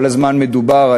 כל הזמן מדובר,